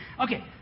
okay